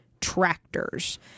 tractors